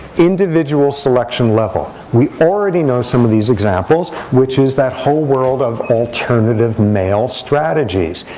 individual selection level we already know some of these examples, which is that whole world of alternative male strategies,